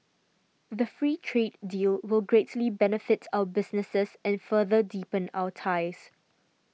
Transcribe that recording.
the free trade deal will greatly benefit our businesses and further deepen our ties